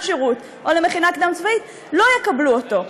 שירות או למכינה קדם-צבאית לא יקבלו אותו.